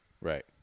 Right